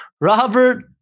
Robert